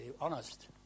Honest